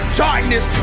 darkness